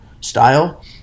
style